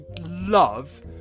love